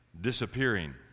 disappearing